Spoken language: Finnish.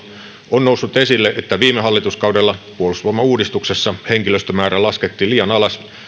on noussut esille että viime hallituskaudella puolustusvoimauudistuksessa henkilöstömäärä laskettiin liian alas